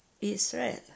Israel